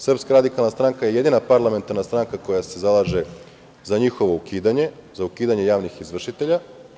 Srpska radikalna stranka je jedina parlamentarna stranka koja se zalaže za njihovo ukidanje, za ukidanje javnih izvršitelja.